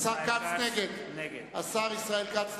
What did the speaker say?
השר ישראל כץ נגד.